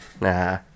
nah